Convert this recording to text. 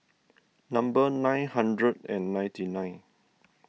number nine hundred and ninety nine